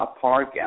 park